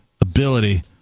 ability